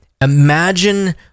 Imagine